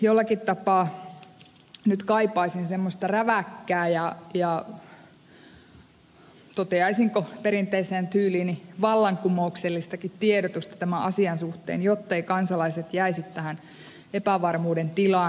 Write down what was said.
jollakin tapaa nyt kaipaisin semmoista räväkkää ja toteaisinko perinteiseen tyyliini vallankumouksellistakin tiedotusta tämän asian suhteen jotteivät kansalaiset jäisi tähän epävarmuuden tilaan